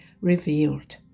revealed